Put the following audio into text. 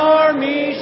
army